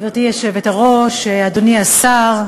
גברתי היושבת-ראש, אדוני השר,